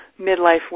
midlife